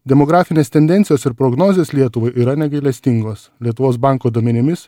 demografinės tendencijos ir prognozės lietuvai yra negailestingos lietuvos banko duomenimis